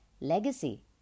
legacy